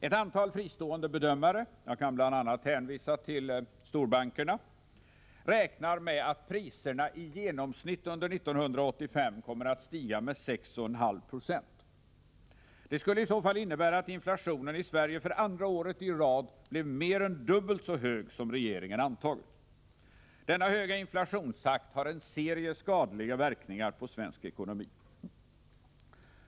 Ett antal fristående bedömare — jag kan bl.a. hänvisa till storbankerna — räknar med att priserna i genomsnitt under 1985 kommer att stiga med 6,5 90. Det skulle i så fall innebära att inflationen i Sverige för andra året i rad blev mer än dubbelt så hög som regeringen antagit. Denna höga inflationstakt har en serie skadliga verkningar på svensk ekonomi.